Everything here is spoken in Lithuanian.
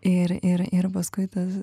ir ir ir paskui tas